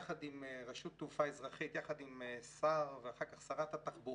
יחד עם רשות תעופה אזרחית ויחד עם שר התחבורה ואחר כך שרת התחבורה.